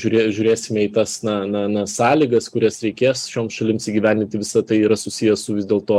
žiūrė žiūrėsime į tas na na na sąlygas kurias reikės šioms šalims įgyvendinti visa tai yra susiję su vis dėlto